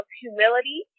humility